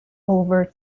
over